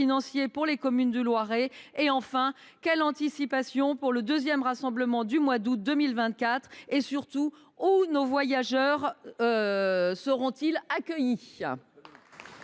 pour les communes du Loiret ? Enfin, quelle anticipation envisagez vous pour le second rassemblement du mois d’août 2024 ? Surtout, où nos voyageurs seront ils accueillis ?